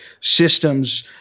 systems